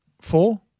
Four